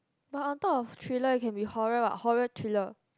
but on top of thriller it can be horror what horror thriller